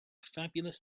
fabulous